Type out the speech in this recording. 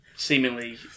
Seemingly